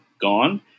gone